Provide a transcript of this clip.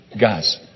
Guys